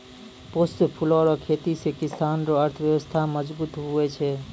पुष्प फूलो रो खेती से किसान रो अर्थव्यबस्था मजगुत हुवै छै